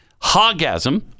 Hogasm